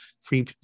free